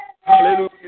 Hallelujah